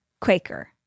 Quaker